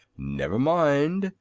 never mind.